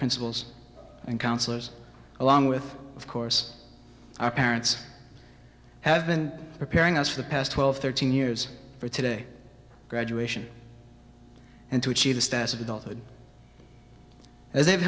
principals and counselors along with of course our parents have been preparing us for the past twelve thirteen years for today graduation and to achieve a status of adulthood as they've